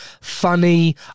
funny